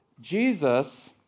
jesus